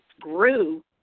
grew